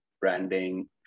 branding